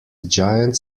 giant